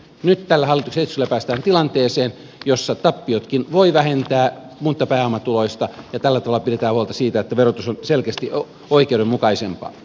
nyt tällä hallituksen esityksellä päästään tilanteeseen jossa tappiotkin voi vähentää mutta pääomatuloista ja tällä tavalla pidetään huolta siitä että verotus on selkeästi oikeudenmukaisempaa